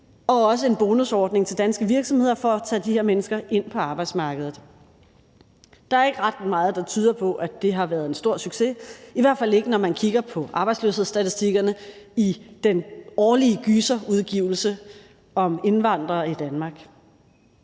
og også en bonusordning til danske virksomheder for at tage de her mennesker ind på arbejdsmarkedet. Der er ikke ret meget, der tyder på, at det har været en stor succes, i hvert fald ikke når man kigger på arbejdsløshedsstatistikkerne i den årlige gyserudgivelse om indvandrere i Danmark.